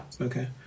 Okay